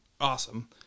awesome